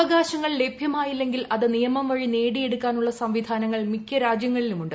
അവകാശങ്ങൾ ലഭ്യമായില്ലെങ്കിൽ അത് നിയമം വഴി നേടിയെടുക്കാനുള്ള സംവിധാനങ്ങൾ മിക്ക രാജ്യങ്ങളിലുമുണ്ട്